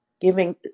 giving